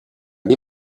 die